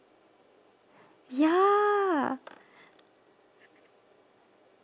ya